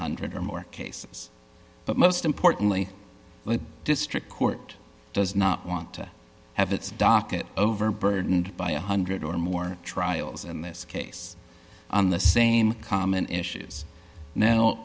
hundred or more cases but most importantly the district court does not want to have its docket overburdened by a one hundred or more trials in this case on the same common issues now